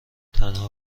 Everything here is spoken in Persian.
تنها